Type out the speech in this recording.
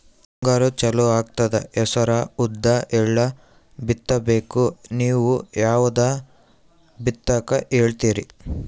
ಮುಂಗಾರು ಚಾಲು ಆಗ್ತದ ಹೆಸರ, ಉದ್ದ, ಎಳ್ಳ ಬಿತ್ತ ಬೇಕು ನೀವು ಯಾವದ ಬಿತ್ತಕ್ ಹೇಳತ್ತೀರಿ?